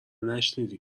نشنیدی